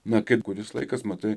na kaip kuris laikas matai